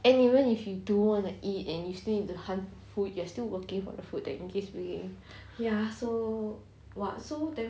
and even if you do want to eat and you still need to hunt food you are still working for the food that get